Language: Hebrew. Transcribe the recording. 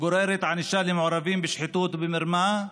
גוררת ענישה למעורבים בשחיתות ובמרמה,